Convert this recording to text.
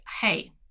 hey